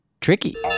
tricky